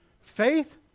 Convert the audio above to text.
Faith